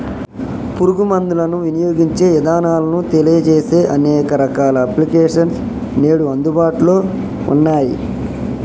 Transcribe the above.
పురుగు మందులను వినియోగించే ఇదానాలను తెలియజేసే అనేక రకాల అప్లికేషన్స్ నేడు అందుబాటులో ఉన్నయ్యి